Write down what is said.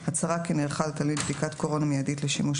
(3) הצהרה כי נערכה לתלמיד בדיקת קורונה מיידית לשימוש